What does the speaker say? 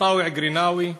מטאוע קרינאווי,